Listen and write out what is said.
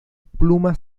pluma